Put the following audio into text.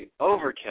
overkill